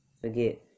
Forget